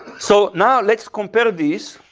so now, let's compare these.